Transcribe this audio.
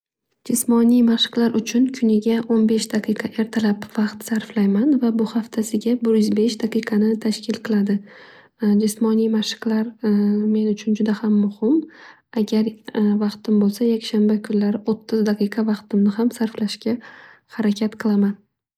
Jismoniy mashqlar uchun kuniga o'n besh daqiqa ertalab vaqt sarflayman va bu haftasiga bir yuz besh daqiqani tashkil qiladi. Jismoniy mashqlar men uchun juda ham muhim. Agar vaqtim bo'lsa yakshanba kunlari o'ttiz daqiqa vaqtimni ham sarflashga harakat qilaman.